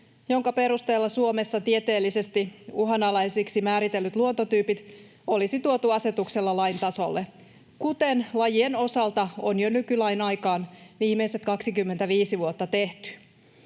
jonka perusteella Suomessa tieteellisesti uhanalaisiksi määritellyt luontotyypit olisi tuotu asetuksella lain tasolle, kuten lajien osalta on jo nykylain aikaan viimeiset 25 vuotta tehty.